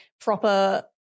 proper